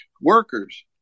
workers